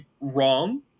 wrong